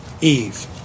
Eve